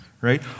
right